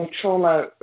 trauma